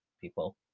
people